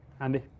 Andy